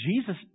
Jesus